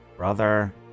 Brother